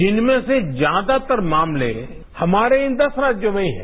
जिनमें से ज्यादातर मामले हमारे इन दस राप्यों में ही हैं